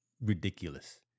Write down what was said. ridiculous